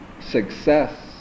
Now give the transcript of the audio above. success